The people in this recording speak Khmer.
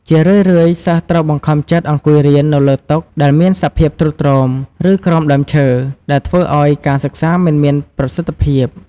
ជារឿយៗ សិស្សត្រូវបង្ខំចិត្តអង្គុយរៀននៅលើតុដែលមានសភាពទ្រុឌទ្រោម ឬក្រោមដើមឈើ ដែលធ្វើឲ្យការសិក្សាមិនមានប្រសិទ្ធភាព។